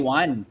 one